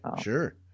Sure